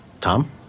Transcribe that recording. Tom